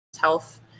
health